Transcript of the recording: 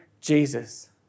Jesus